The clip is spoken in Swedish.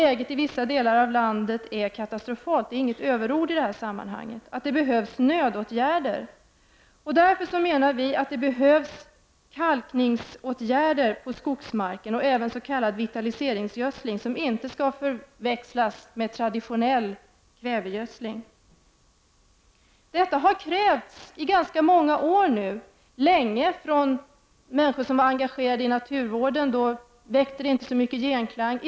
Läget i vissa delar av landet är katastrofalt — det är inte något överord — och nödåtgärder behövs. Därför är kalkningsåtgärder på skogsmarken nödvändiga och även s.k vitaliseringsgödsling, som inte skall förväxlas med traditionell kvävegödsling. Detta har krävts i ganska många år av människor som varit engagerade i naturvården, men det har inte väckt så stor genklang.